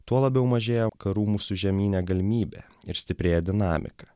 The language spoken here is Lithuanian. tuo labiau mažėja karų mūsų žemyne galimybė ir stiprėja dinamika